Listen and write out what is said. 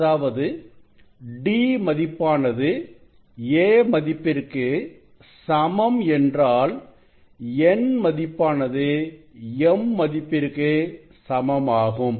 அதாவது d மதிப்பானது a மதிப்பிற்கு சமம் என்றால் n மதிப்பானது m மதிப்பிற்கு சமமாகும்